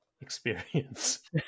experience